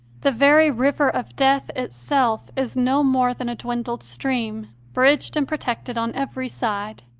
the very river of death itself is no more than a dwindled stream, bridged and protected on every side